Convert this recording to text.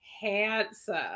handsome